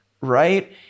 right